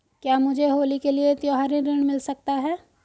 क्या मुझे होली के लिए त्यौहारी ऋण मिल सकता है?